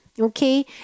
Okay